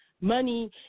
Money